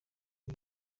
ibi